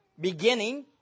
beginning